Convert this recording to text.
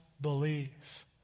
believe